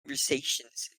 conversations